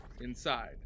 Inside